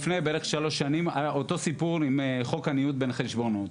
לפני בערך שלוש שנים היה אותו סיפור עם חוק הניוד בין חשבונות.